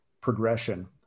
progression